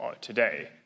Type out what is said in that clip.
today